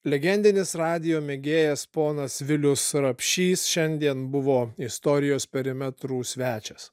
legendinis radijo mėgėjas ponas vilius rapšys šiandien buvo istorijos perimetrų svečias